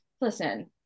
listen